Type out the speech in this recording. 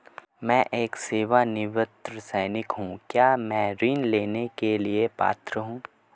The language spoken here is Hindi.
मैं एक सेवानिवृत्त सैनिक हूँ क्या मैं ऋण लेने के लिए पात्र हूँ?